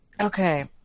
Okay